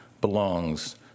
belongs